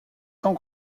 sans